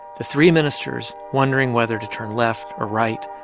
the three ministers wondering whether to turn left or right,